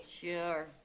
Sure